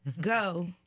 go